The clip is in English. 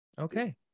Okay